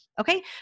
okay